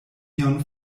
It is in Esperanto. ion